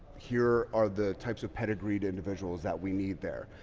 here are the types of pedigree individuals that we need there.